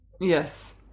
Yes